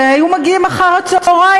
אלא היו מגיעים אחר-הצהריים,